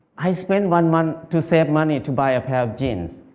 i spent one month to save money to buy a pair of jeans.